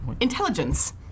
intelligence